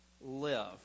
live